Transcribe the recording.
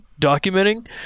documenting